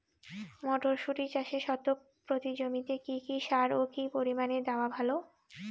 মটরশুটি চাষে শতক প্রতি জমিতে কী কী সার ও কী পরিমাণে দেওয়া ভালো?